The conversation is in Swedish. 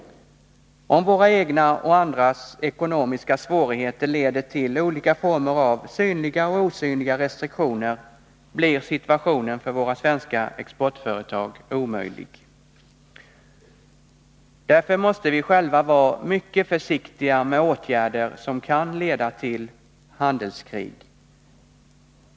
Om våra egna och andras ekonomiska svårigheter leder till olika former av synliga och osynliga restriktioner, blir situationen för våra svenska exportföretag omöjlig. Därför måste vi själva vara mycket försiktiga med åtgärder som kan leda till handelskrig.